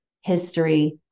history